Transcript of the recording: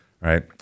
Right